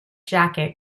jacket